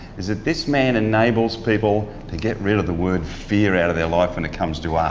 is that this man enables people to get rid of the word fear out of their life when it comes to art.